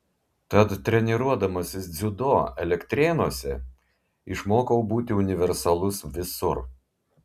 tad treniruodamasis dziudo elektrėnuose išmokau būti universalus visur